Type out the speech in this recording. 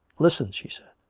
listen! she said.